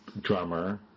drummer